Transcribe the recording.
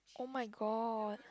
oh-my-god